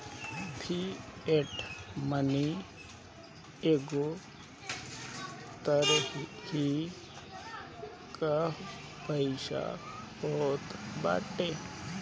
fiat money एगो तरही कअ पईसा होत बाटे